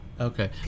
okay